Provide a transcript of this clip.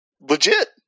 Legit